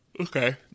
Okay